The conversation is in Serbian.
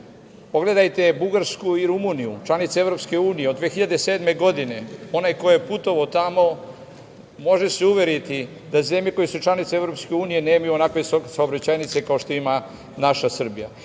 Pogledajte Bugarsku i Rumuniju, članice EU, od 2007. godine onaj ko je putovao tamo može se uveriti da zemlje koje su članice EU nemaju onakve saobraćajnice kao što ima naša Srbija.